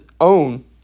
own